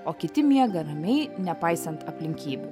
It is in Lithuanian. o kiti miega ramiai nepaisant aplinkybių